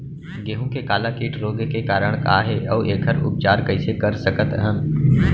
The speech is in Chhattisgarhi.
गेहूँ के काला टिक रोग के कारण का हे अऊ एखर उपचार कइसे कर सकत हन?